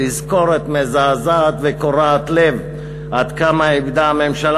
תזכורת מזעזעת וקורעת לב עד כמה איבדה הממשלה